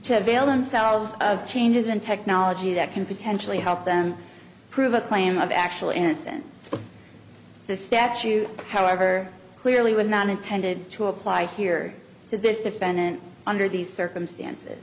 veil themselves of changes in technology that can potentially help them prove a claim of actual innocence the statute however clearly was not intended to apply here to this defendant under these circumstances